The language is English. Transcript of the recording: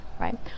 right